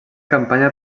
campanya